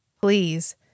please